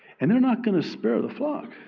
and they're not going to spare the flock.